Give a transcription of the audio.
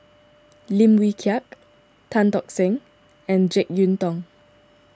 Lim Wee Kiak Tan Tock Seng and Jek Yeun Thong